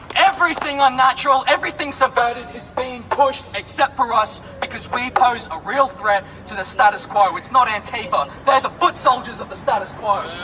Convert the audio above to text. everything unnatural, everything subverted is being pushed except for us because we pose a real threat to the status quo it's not antifa, they're the foot soldiers of the status quo.